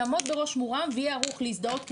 יעמוד בראש מורם ויהיה ערוך להזדהות כיהודי,